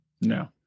No